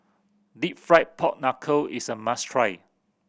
Deep Fried Pork Knuckle is a must try